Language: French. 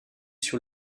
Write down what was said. sur